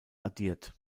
addiert